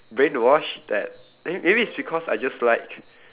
brainwashed that may~ maybe it's because I just like